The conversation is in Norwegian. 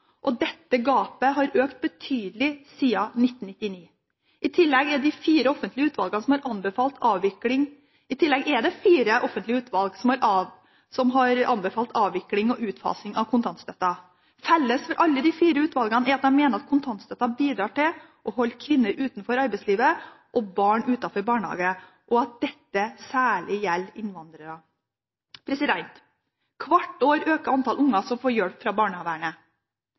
og dette gapet har økt betydelig siden 1999. I tillegg er det fire offentlige utvalg som har anbefalt avvikling og utfasing av kontantstøtten. Felles for alle fire utvalgene er at de mener en kontantstøtten bidrar til å holde kvinner utenfor arbeidslivet og barn utenfor barnehage, og at dette særlig gjelder innvandrere. Hvert år øker antallet unger som får hjelp fra barnevernet.